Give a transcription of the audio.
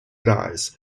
dies